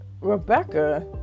Rebecca